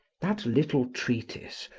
that little treatise,